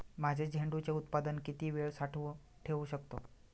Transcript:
माझे झेंडूचे उत्पादन किती वेळ साठवून ठेवू शकतो?